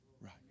Right